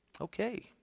Okay